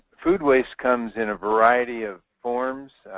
food waste comes in a variety of forms.